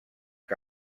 que